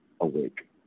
awake